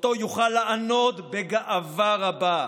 שאותו יוכל לענוד בגאווה רבה.